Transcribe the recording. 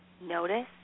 Notice